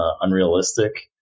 unrealistic